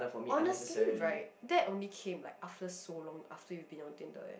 honestly right that only came like after so long after you have been on Tinder leh